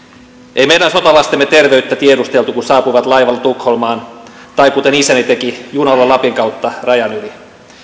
ei meidän sotalastemme terveyttä tiedusteltu kun saapuivat laivalla tukholmaan tai kuten isäni teki junalla lapin kautta rajan yli